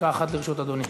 דקה אחת לרשות אדוני.